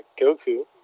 Goku